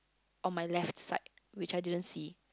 on my left side which I didn't see